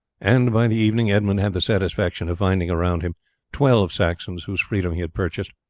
and by the evening edmund had the satisfaction of finding around him twelve saxons whose freedom he had purchased.